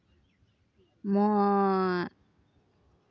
ᱱᱚᱣᱟ